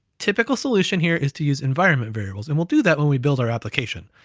typical solution here is to use environment variables, and we'll do that when we build our application,